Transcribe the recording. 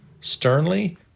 Sternly